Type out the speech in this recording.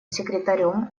секретарем